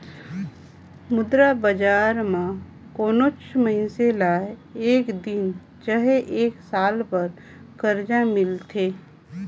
मुद्रा बजार में कोनोच मइनसे ल एक दिन चहे एक साल बर करजा मिलथे